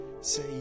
Say